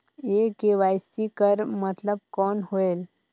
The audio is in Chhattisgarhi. ये के.वाई.सी कर मतलब कौन होएल?